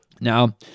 Now